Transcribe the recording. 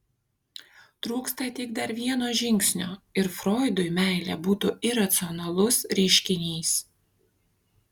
trūksta tik dar vieno žingsnio ir froidui meilė būtų iracionalus reiškinys